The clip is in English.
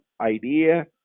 idea